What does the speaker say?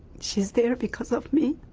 she is there because of me,